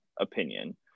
opinion